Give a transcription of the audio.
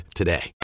today